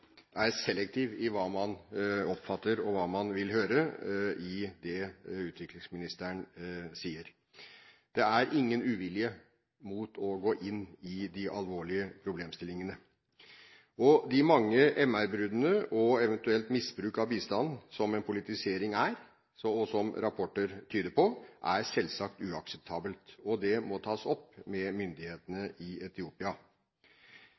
er selektiv i hva man oppfatter og hva man vil høre i det utviklingsministeren sier. Det er ingen uvilje mot å gå inn i de alvorlige problemstillingene. De mange MR-bruddene og eventuelt misbruk av bistanden, som en politisering er, og som rapporter tyder på, er selvsagt uakseptabelt. Det må tas opp med myndighetene i Etiopia.